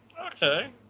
Okay